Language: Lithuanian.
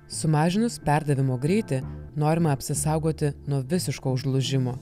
sumažinus perdavimo greitį norima apsisaugoti nuo visiško užlūžimo